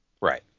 Right